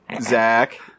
Zach